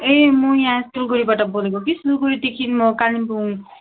ए म यहाँ सिलगढीबाट बोलेको कि सिलगढीदेखि म कालिम्पोङ